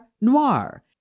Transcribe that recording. noir